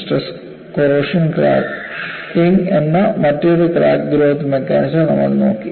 stress corrosion cracking എന്ന മറ്റൊരു crack growth mechanism നമ്മൾ നോക്കി